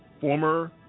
former